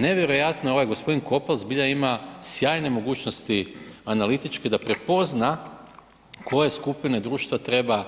Nevjerojatno ovaj gospodin Kopal zbilja ima sjajne mogućnosti analitičke da prepozna koje skupine društva treba